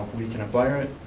we can acquire it,